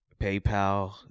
PayPal